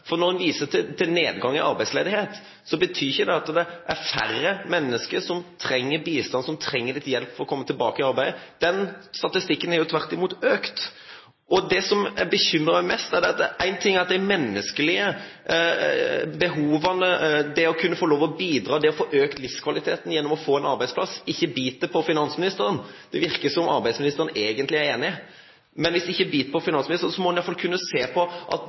For når man viser til nedgang i arbeidsledighet, betyr ikke det at det er færre mennesker som trenger bistand, og som trenger litt hjelp for å komme tilbake i arbeid. Den statistikken har jo tvert imot økt. Det som bekymrer meg mest, er at de menneskelige behovene, det å kunne få bidra, det å kunne få øke livskvaliteten ved å få en arbeidsplass, ikke biter på finansministeren. Det virker som om arbeidsministeren egentlig er enig. Men hvis det ikke biter på finansministeren, må man i hvert fall kunne se på at